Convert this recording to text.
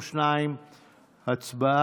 תודה.